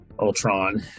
Ultron